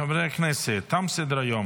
חברי הכנסת, תם סדר-היום.